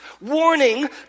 Warning